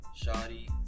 Shadi